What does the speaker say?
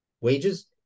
wages